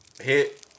hit